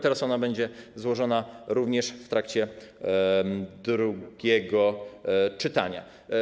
Teraz ona będzie złożona również w trakcie drugiego czytania.